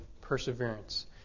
perseverance